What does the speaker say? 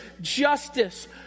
justice